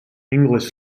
english